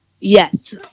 yes